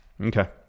Okay